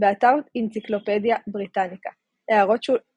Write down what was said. באתר אנציקלופדיה בריטניקה == הערות שוליים ==